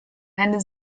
eine